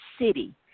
city